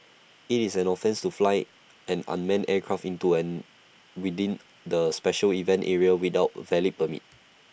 IT is an offence to fly an unmanned aircraft into within the special event area without A valid permit